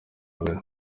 mbere